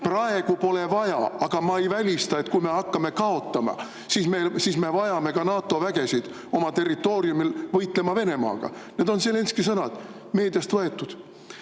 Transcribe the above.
"Praegu pole vaja, aga ma ei välista, et kui me hakkame kaotama, siis me vajame ka NATO vägesid oma territooriumil võitlema Venemaaga." Need on Zelenskõi sõnad, meediast võetud.